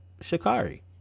shikari